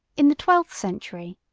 in the twelfth century,